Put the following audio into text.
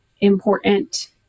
important